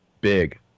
big